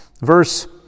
Verse